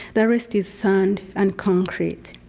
the rest is sand and concrete.